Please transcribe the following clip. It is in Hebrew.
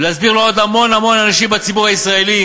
ולהסביר לעוד המון המון אנשים בציבור הישראלי